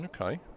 Okay